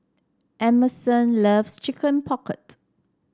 Emerson loves Chicken Pocket